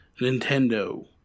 Nintendo